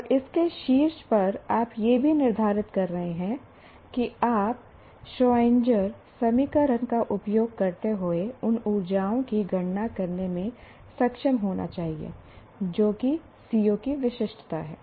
और इसके शीर्ष पर आप यह भी निर्धारित कर रहे हैं कि आप श्रोएन्डर समीकरण का उपयोग करते हुए उन ऊर्जाओं की गणना करने में सक्षम होने चाहिए जो कि CO की विशिष्टता है